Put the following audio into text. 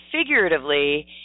figuratively